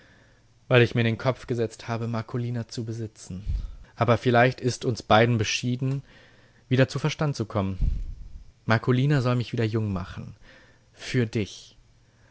weil ich mir in den kopf gesetzt habe marcolina zu besitzen aber vielleicht ist uns beiden beschieden wieder zu verstand zu kommen marcolina soll mich wieder jung machen für dich